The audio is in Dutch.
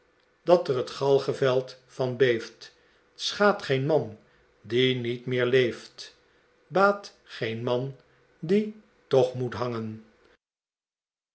dat er t kalpreveid van beeft t sehaadt geen man die niet meei leeft t baat keen man die toch moet h